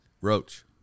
Roach